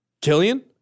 Killian